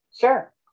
Sure